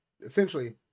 essentially